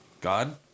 God